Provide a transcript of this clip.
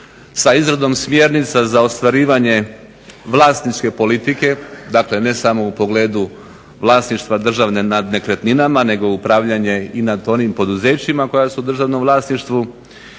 sa izradom smjernica za ostvarivanje vlasničke politike dakle ne samo u pogledu vlasništva državne nad nekretninama nego i upravljanje nad onim poduzećima koja su u državnom vlasništvu